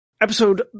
Episode